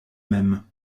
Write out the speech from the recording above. même